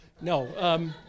No